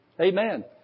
Amen